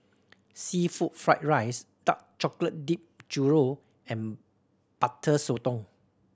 seafood fried rice dark chocolate dipped churro and Butter Sotong